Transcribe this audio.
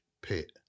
pit